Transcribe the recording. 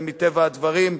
מטבע הדברים.